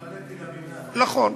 התפלאתי, נכון.